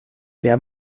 wer